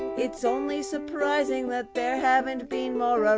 it's only surprising that there haven't been more ah